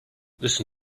listen